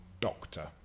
doctor